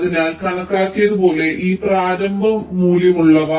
അതിനാൽ കണക്കാക്കിയതുപോലെ ഈ പ്രാരംഭ മൂല്യങ്ങളുള്ള ഇവ